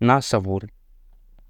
na savony.